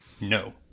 No